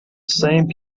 same